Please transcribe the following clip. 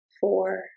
four